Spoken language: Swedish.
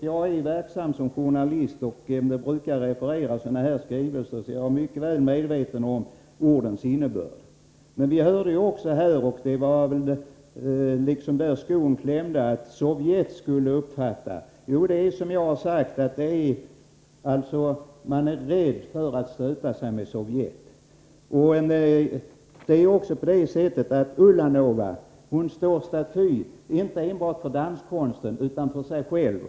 Jag är verksam som journalist och brukar referera sådana här skrivelser, så jag är mycket väl medveten om ordens innebörd. Vi hörde ju kulturministern säga — och det var väl där skon klämde — att Sovjet ”skulle uppfatta” saken på visst sätt. Ja, det är som jag redan sagt: man är rädd för att stöta sig med Sovjet. Det är också på det sättet att Ulanova står staty som symbol inte enbart för danskonsten utan också för sig själv.